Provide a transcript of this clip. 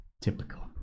Typical